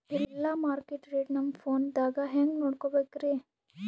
ಎಲ್ಲಾ market rate ನಮ್ ಫೋನದಾಗ ಹೆಂಗ ನೋಡಕೋಬೇಕ್ರಿ?